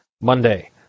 Monday